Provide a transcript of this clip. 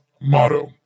motto